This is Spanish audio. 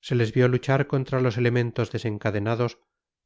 se les vio luchar contra los elementos desencadenados